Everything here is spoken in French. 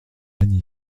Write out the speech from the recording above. annie